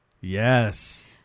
Yes